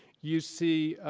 you see